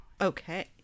Okay